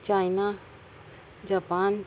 China Japan